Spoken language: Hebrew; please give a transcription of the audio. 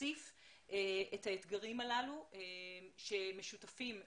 ולהציף את האתגרים הללו שמשותפים לכולנו,